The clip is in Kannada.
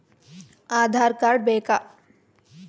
ಆಧಾರ್ ಕಾರ್ಡ್ ಬೇಕಾ?